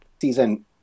season